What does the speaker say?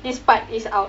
this part is out